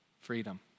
freedom